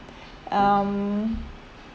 um